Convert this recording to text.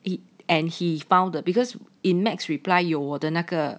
he and he found because if max reply 有我那个